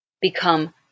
become